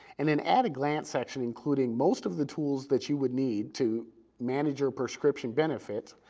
and an at a glance section including most of the tools that you would need to manage your prescription benefit,